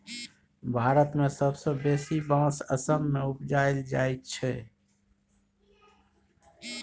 भारत मे सबसँ बेसी बाँस असम मे उपजाएल जाइ छै